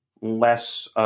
less